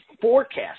forecast